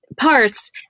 parts